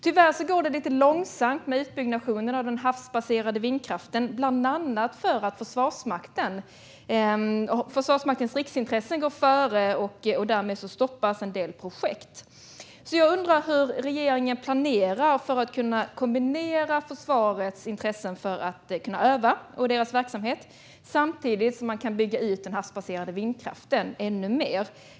Tyvärr går det lite långsamt med utbyggnaden av den havsbaserade vindkraften, bland annat för att Försvarsmaktens riksintressen går före och en del projekt därmed stoppas. Jag undrar hur regeringen planerar för att kunna kombinera försvarets intresse av att kunna öva och dess verksamhet med en ökad utbyggnad av den havsbaserade vindkraften.